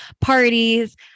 parties